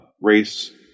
race